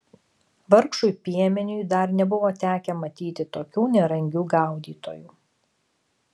vargšui piemeniui dar nebuvo tekę matyti tokių nerangių gaudytojų